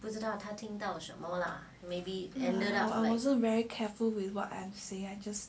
I also very careful with what I'm saying I just